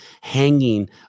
hanging